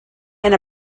and